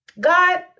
God